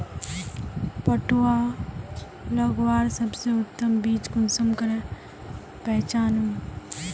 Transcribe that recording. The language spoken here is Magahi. पटुआ लगवार सबसे उत्तम बीज कुंसम करे पहचानूम?